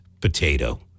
potato